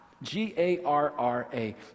G-A-R-R-A